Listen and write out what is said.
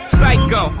Psycho